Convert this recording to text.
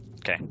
Okay